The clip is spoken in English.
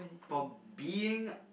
for being